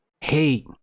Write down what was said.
hate